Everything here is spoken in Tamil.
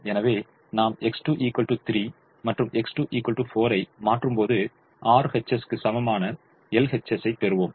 எனவே நாம் X1 3 மற்றும் X2 4 ஐ மாற்றும்போது RHS க்கு சமமான LHS ஐப் பெறுவோம்